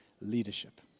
Leadership